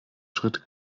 schritte